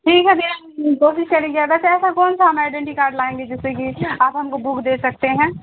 ٹھیک ہے پھر ہم کوشش کریں گے اگر سے ایسا کون سا ہم آئی ڈنٹی کارڈ لائیں گے جس سے کہ آپ ہم کو بک دے سکتے ہیں